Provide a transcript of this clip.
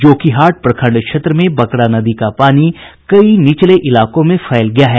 जोकीहाट प्रखंड क्षेत्र में बकरा नदी का पानी कई निचले इलाकों में फैल गया है